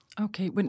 Okay